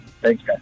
Thanks